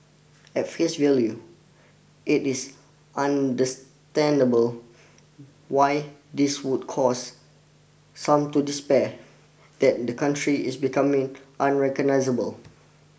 at face value it is understandable why this would cause some to despair that the country is becoming unrecognisable